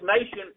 nation